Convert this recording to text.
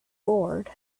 bored